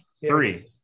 three